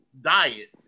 diet